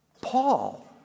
Paul